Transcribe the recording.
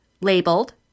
labeled